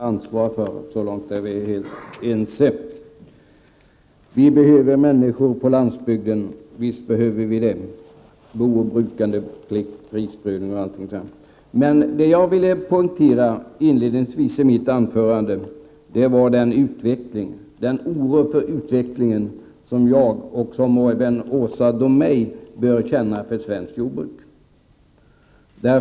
Fru talman! Förvisso är brukandet av jorden att förvalta en naturresurs som vi alla har ansvar för. Så långt är Åsa Domeij och jag ense. Det behövs människor på landsbygden, booch brukandeplikt, prisprövning m.m. Vad jag ville poängtera inledningsvis i mitt anförande var den oro för utveckling en som jag känner, och som även Åsa Domeij bör känna, för svenskt jordbruk.